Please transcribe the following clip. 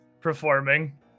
performing